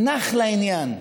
הנח לעניין,